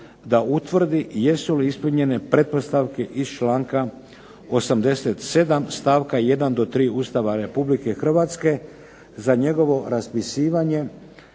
da utvrdi jesu li ispunjene pretpostavke iz članka 87. stavka 1. do 3. Ustava Republike Hrvatske za njegovo raspisivanje